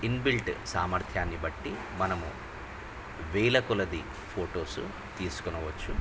inbuilt సామర్థ్యాన్ని బట్టి మనము వేల కొలది ఫొటోస్ తీసుకొవచ్చు